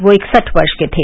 वह इकसठ वर्ष के थे